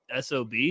sob